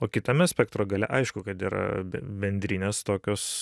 o kitame spektro gale aišku kad yra be bendrinės tokios